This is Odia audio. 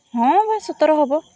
ହଁ ଭାଇ ସତର ହେବ